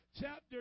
chapter